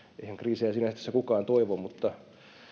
eihän kriisejä sinänsä kukaan toivo mutta